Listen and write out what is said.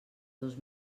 dos